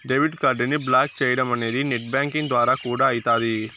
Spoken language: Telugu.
డెబిట్ కార్డుని బ్లాకు చేయడమనేది నెట్ బ్యాంకింగ్ ద్వారా కూడా అయితాది